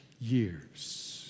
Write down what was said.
years